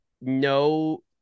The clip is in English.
no